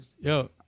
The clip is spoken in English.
Yo